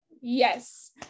Yes